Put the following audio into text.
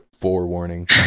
forewarning